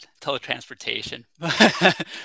teletransportation